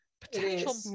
potential